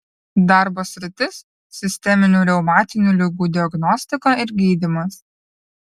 darbo sritis sisteminių reumatinių ligų diagnostika ir gydymas